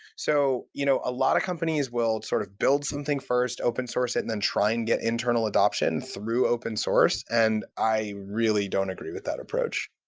so you know a lot of companies will sort of build something first, open-source it, and then try and get internal adoption through open-source, and i really don't agree with that approach.